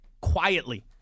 Quietly